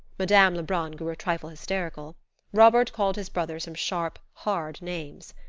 madame lebrun grew a trifle hysterical robert called his brother some sharp, hard names.